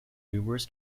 numerous